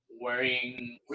wearing